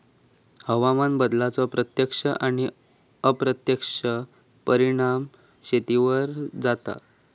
हवामान बदलाचो प्रत्यक्ष आणि अप्रत्यक्ष परिणाम शेतीवर जाता